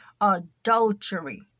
adultery